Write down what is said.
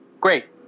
great